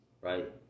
right